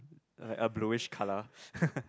uh a bluish color